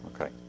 Okay